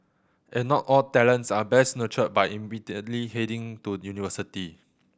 and not all talents are best nurtured by immediately heading to university